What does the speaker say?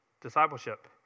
Discipleship